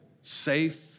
safe